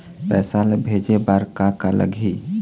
पैसा ला भेजे बार का का लगही?